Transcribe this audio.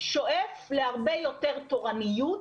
שואף להרבה יותר תורניות,